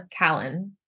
Callen